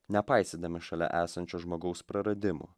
nepaisydami šalia esančio žmogaus praradimų